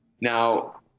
Now